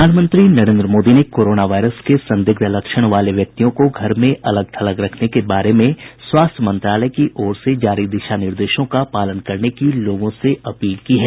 प्रधानमंत्री नरेन्द्र मोदी ने corona virus के संदिग्ध लक्षण वाले व्यक्तियों को घर में अलग थलग रखने के बारे में स्वास्थ्य मंत्रालय की ओर से जारी दिशा निर्देशों का पालन करने की लोगों से अपील की है